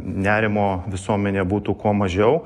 nerimo visuomenėje būtų kuo mažiau